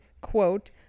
quote